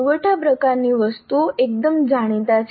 પુરવઠા પ્રકારની વસ્તુઓ એકદમ જાણીતી છે